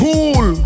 Cool